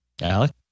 alex